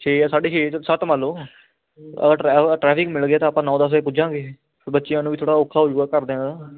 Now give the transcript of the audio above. ਛੇ ਜਾਂ ਸਾਢੇ ਛੇ ਸੱਤ ਮੰਨ ਲਓ ਟਰੈਫਿਕ ਮਿਲ ਗਿਆ ਤਾਂ ਆਪਾਂ ਨੌ ਦਸ ਵਜੇ ਪੁੱਜਾਂਗੇ ਅਤੇ ਬੱਚਿਆ ਨੂੰ ਵੀ ਥੋੜ੍ਹਾ ਔਖਾ ਹੋ ਜੂਗਾ ਘਰਦਿਆਂ ਦਾ